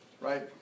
right